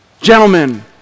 Gentlemen